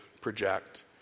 project